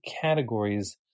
categories